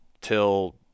till